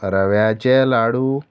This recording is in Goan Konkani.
रव्याचे लाडू